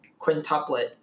quintuplet